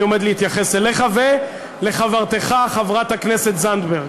אני עומד להתייחס אליך ואל חברתך חברת הכנסת זנדברג.